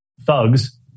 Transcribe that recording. thugs